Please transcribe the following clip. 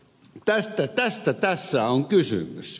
tästä tässä on kysymys